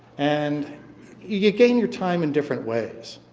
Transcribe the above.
and you gain your time in different ways.